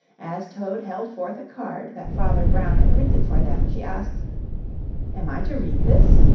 as toad held forth a card that father brown had printed for them, she asked am i to read this?